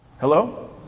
Hello